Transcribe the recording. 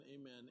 amen